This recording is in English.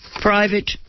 Private